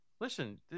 Listen